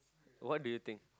what do you think